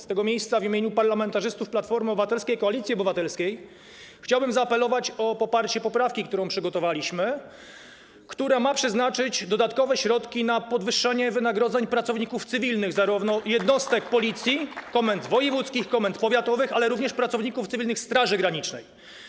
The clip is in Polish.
Z tego miejsca w imieniu parlamentarzystów Platformy Obywatelskiej, Koalicji Obywatelskiej chciałbym zaapelować o poparcie poprawki, którą przygotowaliśmy, według której należy przeznaczyć dodatkowe środki na podwyższenie wynagrodzeń pracowników cywilnych zarówno jednostek Policji: komend wojewódzkich, komend powiatowych, jak i pracowników cywilnych Straży Granicznej.